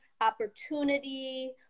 opportunity